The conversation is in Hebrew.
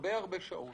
הרבה הרבה שעות.